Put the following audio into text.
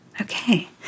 okay